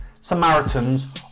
Samaritans